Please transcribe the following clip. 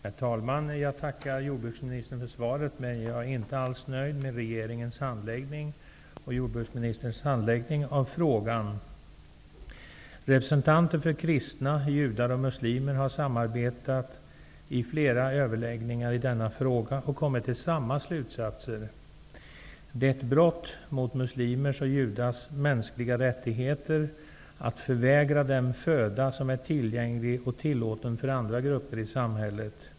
Herr talman! Jag tackar jordbruksministern för svaret, men jag är inte alls nöjd med jordbruksministerns och regeringens handläggning av frågan. Representanter för kristna, judar och muslimer har samarbetat i flera överläggningar i denna fråga och kommit till samma slutsats. Det är ett brott mot muslimers och judars mänskliga rättigheter att förvägra dem föda som är tillgänglig och tillåten för andra grupper i samhället.